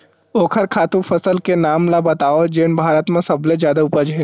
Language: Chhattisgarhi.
ओखर खातु फसल के नाम ला बतावव जेन भारत मा सबले जादा उपज?